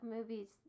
Movies